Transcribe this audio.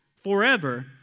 forever